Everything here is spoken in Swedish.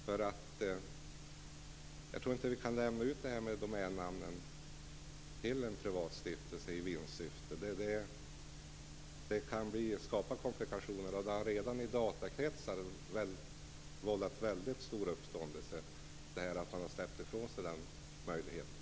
Jag tror inte att vi kan lämna ut det här med domännamnen till en privat stiftelse med vinstsyfte. Det kan skapa komplikationer. Det har redan i datakretsar vållat väldigt stor uppståndelse att man har släppt ifrån sig den möjligheten.